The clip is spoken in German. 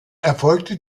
erfolgte